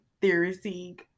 theorizing